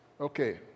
Okay